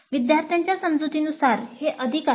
विद्यार्थ्यांच्या समजुतीनुसार हे अधिक आहे